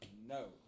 no